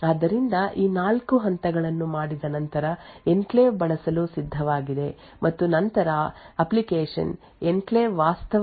ಆದ್ದರಿಂದ ಈ 4 ಹಂತಗಳನ್ನು ಮಾಡಿದ ನಂತರ ಎನ್ಕ್ಲೇವ್ ಬಳಸಲು ಸಿದ್ಧವಾಗಿದೆ ಮತ್ತು ನಂತರ ಅಪ್ಲಿಕೇಶನ್ ವಾಸ್ತವವಾಗಿ ಎನ್ಕ್ಲೇವ್ ಅನ್ನು ಪ್ರವೇಶಿಸಲು ಮತ್ತು ಬಿಡಲು ವಿವಿಧ ಸೂಚನೆಗಳನ್ನು ಎಂಟರ್ ಮತ್ತು ಎಕ್ಸಿಟ್ EXIT ಅನ್ನು ಬಳಸಬಹುದು